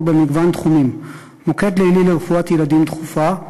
במגוון תחומים: מוקד לילי לרפואת ילדים דחופה,